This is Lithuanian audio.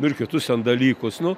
nu ir kitus ten dalykus nu